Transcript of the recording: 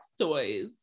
toys